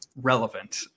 relevant